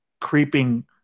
creeping